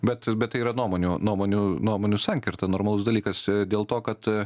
bet bet tai yra nuomonių nuomonių nuomonių sankirta normalus dalykas dėl to kad